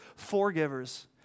forgivers